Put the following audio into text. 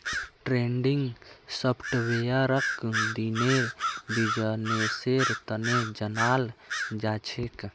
trending सॉफ्टवेयरक दिनेर बिजनेसेर तने जनाल जाछेक